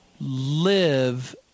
live